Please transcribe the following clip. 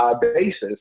basis